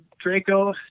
DRACO